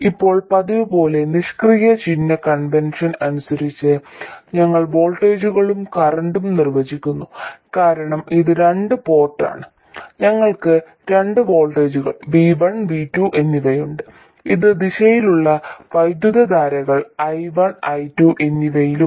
ഇപ്പോൾ പതിവുപോലെ നിഷ്ക്രിയ ചിഹ്ന കൺവെൻഷൻ അനുസരിച്ച് ഞങ്ങൾ വോൾട്ടേജുകളും കറന്റും നിർവചിക്കുന്നു കാരണം ഇത് രണ്ട് പോർട്ട് ആണ് ഞങ്ങൾക്ക് രണ്ട് വോൾട്ടേജുകൾ V1 V2 എന്നിവയുണ്ട് ഈ ദിശയിലുള്ള വൈദ്യുതധാരകൾ I1 I2 എന്നിവയും